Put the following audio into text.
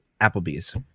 Applebee's